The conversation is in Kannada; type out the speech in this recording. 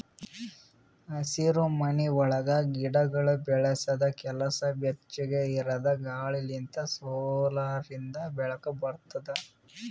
ಹಸಿರುಮನಿ ಒಳಗ್ ಗಿಡಗೊಳ್ ಬೆಳಸದ್ ಕೆಲಸ ಬೆಚ್ಚುಗ್ ಇರದ್ ಗಾಳಿ ಲಿಂತ್ ಸೋಲಾರಿಂದು ಬೆಳಕ ಬರ್ತುದ